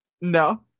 No